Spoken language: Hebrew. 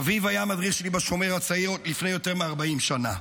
אביו היה מדריך שלי בשומר הצעיר לפני יותר מ-40 שנה.